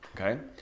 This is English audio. okay